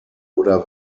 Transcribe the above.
oder